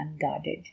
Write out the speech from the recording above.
unguarded